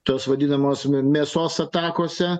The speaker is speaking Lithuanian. tos vadinamos mėsos atakose